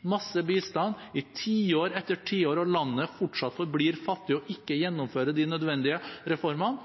masse bistand i tiår etter tiår, og landet fortsatt forblir fattig og ikke gjennomfører de nødvendige reformene,